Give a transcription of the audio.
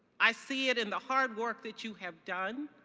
i see it in the hard work that you have done.